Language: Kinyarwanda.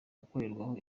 gukorerwaho